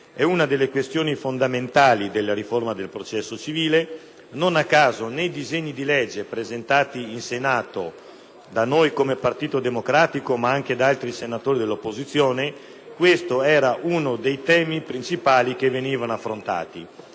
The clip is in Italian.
di una delle questioni fondamentali della riforma del processo civile; non a caso, nei disegni di legge presentati in Senato, da noi come Partito Democratico ma anche da altri senatori dell’opposizione, questo era uno dei principali temi affrontati.